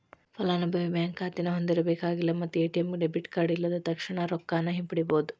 ಫಲಾನುಭವಿ ಬ್ಯಾಂಕ್ ಖಾತೆನ ಹೊಂದಿರಬೇಕಾಗಿಲ್ಲ ಮತ್ತ ಎ.ಟಿ.ಎಂ ಡೆಬಿಟ್ ಕಾರ್ಡ್ ಇಲ್ಲದ ತಕ್ಷಣಾ ರೊಕ್ಕಾನ ಹಿಂಪಡಿಬೋದ್